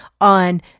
on